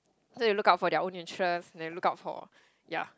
so you look out from their own interest than look out for yeah